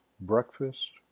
Breakfast